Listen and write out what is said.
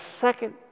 second